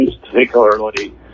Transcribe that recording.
particularly